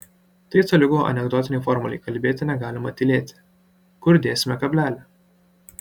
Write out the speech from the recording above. tai tolygu anekdotinei formulei kalbėti negalima tylėti kur dėsime kablelį